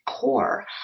core